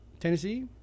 Tennessee